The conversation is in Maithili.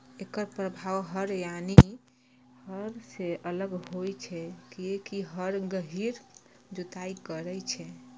एकर प्रभाव हर यानी हल सं अलग होइ छै, कियैकि हर गहींर जुताइ करै छै